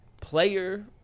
player